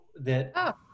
that-